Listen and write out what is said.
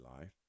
life